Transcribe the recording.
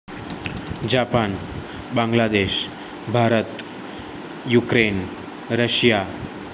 Japan Bangladesh Bharat Ukraine Russia